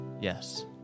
Yes